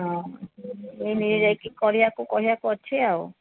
ହଁ ଏଇନେ ଯାଇକି କରିବାକୁ କହିବାକୁ ଅଛି ଆଉ